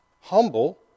humble